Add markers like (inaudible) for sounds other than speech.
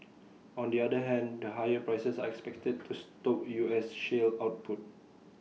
(noise) on the other hand the higher prices are expected to stoke U S shale output